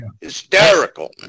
Hysterical